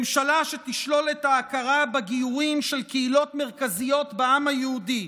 ממשלה שתשלול את ההכרה בגיורים של קהילות מרכזיות בעם היהודי,